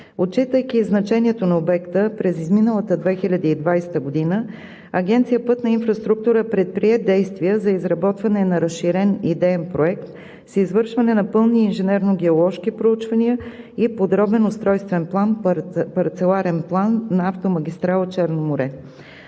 Отчитайки значението на обекта, през изминалата 2020 г. Агенция „Пътна инфраструктура“ предприе действия за изработване на разширен идеен проект, с извършване на пълни инженерно геоложки проучвания и подробен устройствен план – Парцеларен план на автомагистрала „Черно море“.